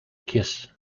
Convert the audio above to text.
kiss